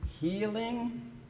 Healing